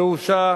פירושה